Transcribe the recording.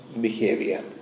behavior